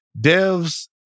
Devs